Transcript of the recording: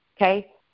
okay